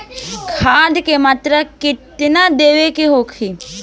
खाध के मात्रा केतना देवे के होखे?